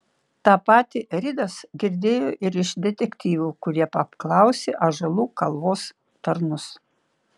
tą patį ridas girdėjo ir iš detektyvų kurie apklausė ąžuolų kalvos tarnus